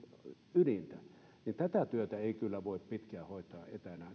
ydintä tätä työtä ei kyllä voi pitkään hoitaa etänä